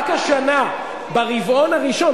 רק השנה, ברבעון הראשון,